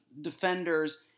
defenders